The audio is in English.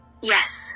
Yes